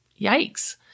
Yikes